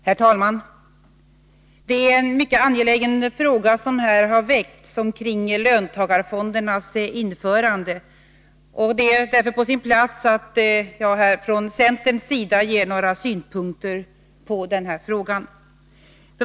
Herr talman! Det är en mycket angelägen fråga som här har väckts omkring löntagarfondernas införande. Det är därför på sin plats att jag här ger några av centerns synpunkter på frågan.